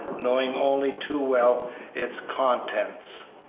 knowing only too well its contents.